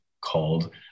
called